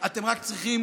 אתם רק צריכים